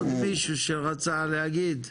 עוד מישהו שרצה להגיד?